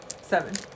Seven